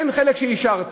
אין חלק שהשארתם,